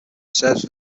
serves